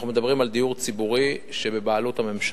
אנחנו מדברים על דיור ציבורי שבבעלות הממשלה.